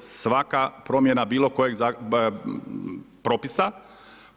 Svaka promjena bilo kojeg propisa